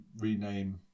rename